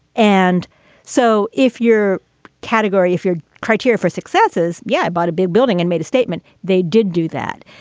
and so if your category if your criteria for success is. yeah. bought a big building and made a statement. they did do that.